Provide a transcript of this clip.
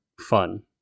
fun